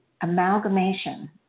amalgamation